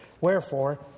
Wherefore